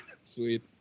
sweet